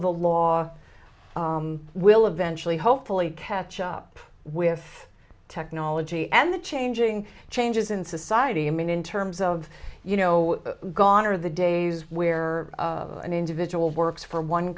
the law will eventually hopefully catch up with technology and the changing changes in society you mean in terms of you know gone are the days where an individual works for one